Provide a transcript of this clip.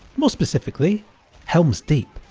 more specifically helm's deep.